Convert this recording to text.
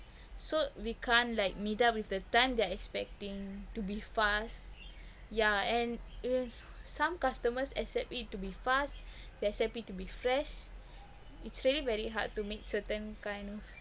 so we can't like meet up with the time they're expecting to be fast yeah and some customers expect it to be fast they expect it to be fresh it's really very hard to make certain kind of